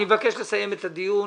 אני מבקש לסיים את הדיון